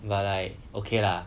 but like okay lah